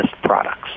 products